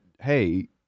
hey